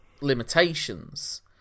limitations